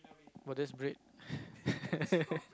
but that's bread